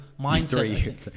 mindset